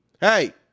Hey